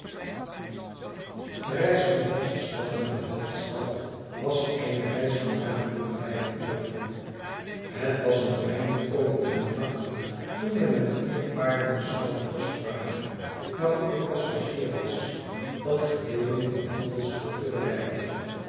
de reis van onze stad naar de hoofdstad was eene reis van nagenoeg vijf uren het was een weinig over den middag toen de met vier paarden bespannen postwagen waarop ik passagier was dat gewemel van handelsdnikte bereikte